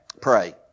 pray